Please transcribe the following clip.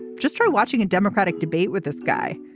just sort of watching a democratic debate with this guy.